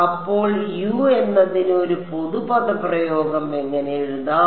അപ്പോൾ യു എന്നതിന് ഒരു പൊതു പദപ്രയോഗം എങ്ങനെ എഴുതാം